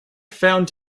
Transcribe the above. found